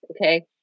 okay